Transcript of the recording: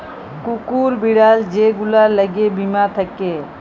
কুকুর, বিড়াল যে গুলার ল্যাগে বীমা থ্যাকে